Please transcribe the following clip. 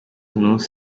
nous